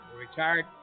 Retired